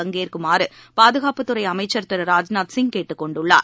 பங்கேற்குமாறு பாதுகாப்புத்துறை அமைச்சர் திரு ராஜ்நாத் சிங் கேட்டுக்கொண்டுள்ளார்